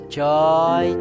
joy